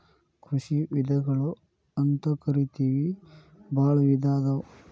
ಕೃಷಿ ವಿಧಗಳು ಅಂತಕರಿತೆವಿ ಬಾಳ ವಿಧಾ ಅದಾವ